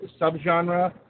subgenre